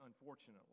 unfortunately